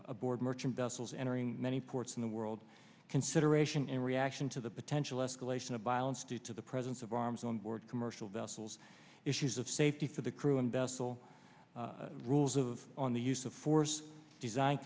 aboard merchant vessels entering many ports in the world consideration in reaction to the potential escalation of violence due to the presence of arms on board commercial vessels issues of safety for the crew and bessel rules of on the use of force design